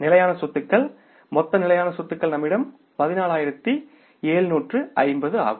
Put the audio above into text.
நிலையான சொத்துக்கள் மொத்த நிலையான சொத்துக்கள் நம்மிடம் 14750 ஆகும்